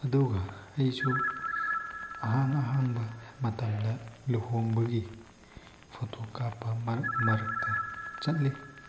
ꯑꯗꯨꯒ ꯑꯩꯁꯨ ꯑꯍꯥꯡ ꯑꯍꯥꯡꯕ ꯃꯇꯝꯗ ꯂꯨꯍꯣꯡꯕꯒꯤ ꯐꯣꯇꯣ ꯀꯥꯞꯄ ꯃꯔꯛ ꯃꯔꯛꯇ ꯆꯠꯂꯤ